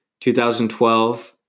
2012